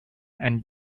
and